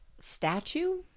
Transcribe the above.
statue